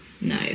no